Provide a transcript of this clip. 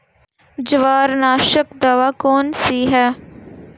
जवारनाशक दवा कौन सी है?